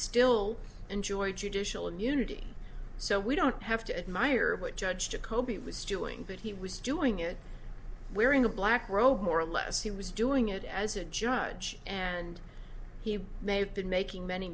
still enjoy judicial immunity so we don't have to admire what judge jacoby was doing but he was doing it wearing a black robe more or less he was doing it as a judge and he may have been making many